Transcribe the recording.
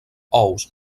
ous